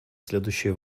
следующие